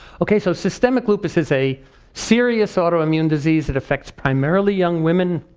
okay, so systemic lupus is a serious autoimmune disease that effects primarily young women.